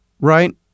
right